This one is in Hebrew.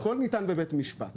אבל הכל ניתן בבית משפט.